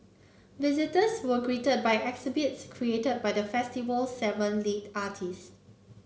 visitors were greeted by exhibits created by the festival seven lead artist